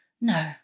no